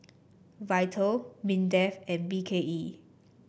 Vital Mindefand B K E